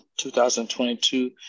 2022